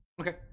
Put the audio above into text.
Okay